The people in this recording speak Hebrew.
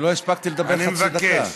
אני לא הספקתי לדבר חצי דקה.